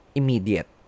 immediate